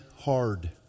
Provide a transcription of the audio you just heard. hard